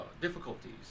difficulties